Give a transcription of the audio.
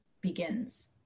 begins